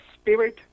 spirit